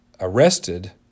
arrested